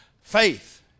Faith